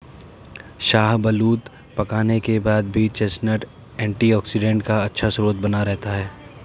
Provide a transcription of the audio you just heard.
शाहबलूत पकाने के बाद भी चेस्टनट एंटीऑक्सीडेंट का अच्छा स्रोत बना रहता है